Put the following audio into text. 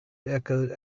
echoed